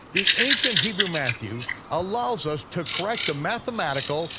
the ancient hebrew matthew allows us to correct the mathematical,